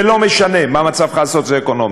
ולא משנה מה מצבך הסוציו-אקונומי,